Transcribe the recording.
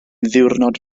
ddiwrnod